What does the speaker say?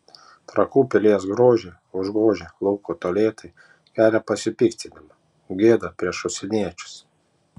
trakų pilies grožį užgožę lauko tualetai kelia pasipiktinimą gėda prieš užsieniečius